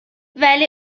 ولی